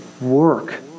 work